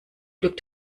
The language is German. glück